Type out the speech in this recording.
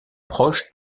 proches